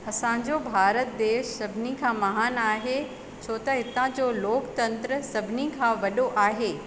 असांजो भारत देश सभिनी खां महान आहे छो त हितां जो लोकतंत्र सभिनी खां वॾो आहे